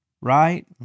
right